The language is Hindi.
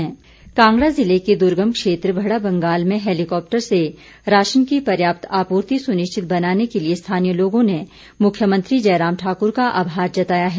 आभार कांगड़ा जिले के दुर्गम क्षेत्र बड़ा भंगाल में हैलीकॉप्टर से राशन की पर्याप्त आपूर्ति सुनिश्चित बनाने के लिए स्थानीय लोगों ने मुख्यमंत्री जयराम ठाक्र का आभार जताया है